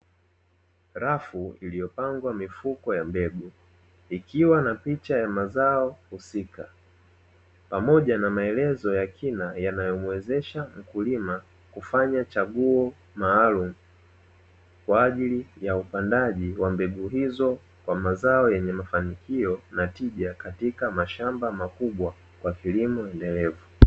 Rafu iliyopangwa mifuko ya mbegu, ikiwa na picha ya mazao husika pamoja na maelezo ya kina yanayomwezesha mkulima kufanya chaguo maalumu, kwa ajili ya upandaji wa mbegu hizo kwa mazao yenye mafanikio na tija, katika mashamba makubwa kwa kilimo endelevu.